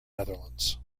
netherlands